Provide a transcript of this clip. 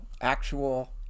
actual